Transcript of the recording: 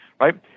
right